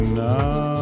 now